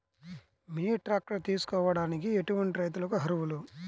Mini tractor తీసుకోవడానికి ఎటువంటి రైతులకి అర్హులు?